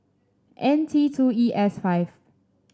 N T two E S five